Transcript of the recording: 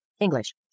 English